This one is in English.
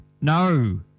no